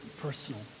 personal